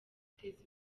guteza